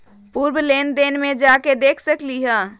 पूर्व लेन देन में जाके देखसकली ह?